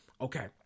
okay